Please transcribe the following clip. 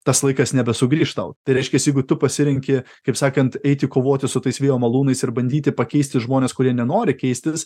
tas laikas nebesugrįš tau tai reiškias jeigu tu pasirenki kaip sakant eiti kovoti su tais vėjo malūnais ir bandyti pakeisti žmones kurie nenori keistis